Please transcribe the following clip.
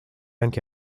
anche